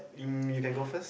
um you can go first